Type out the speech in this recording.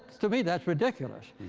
to me that's ridiculous.